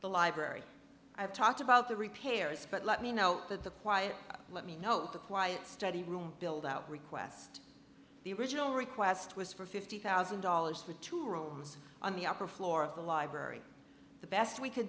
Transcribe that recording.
the library i've talked about the repairs but let me know that the quiet let me note the quiet study room build out request the original request was for fifty thousand dollars for two rooms on the upper floor of the library the best we c